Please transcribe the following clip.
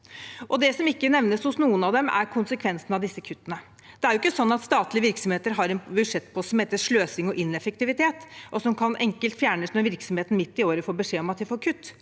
det som ikke nevnes hos noen av dem, er konsekvensen av disse kuttene. Det er jo ikke slik at statlige virksomheter har en budsjettpost som heter sløsing og ineffektivitet, og som enkelt kan fjernes når virksomheten midt i året får beskjed om at de får kutt.